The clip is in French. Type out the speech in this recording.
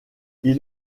ils